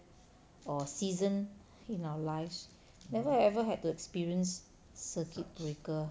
or season in our lives never ever had to experience circuit breaker